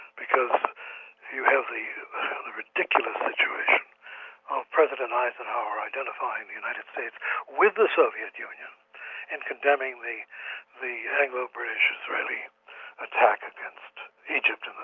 because you have the ridiculous situation of president eisenhower identifying the united states with the soviet union and condemning the the anglo-british-israeli attack against egypt in the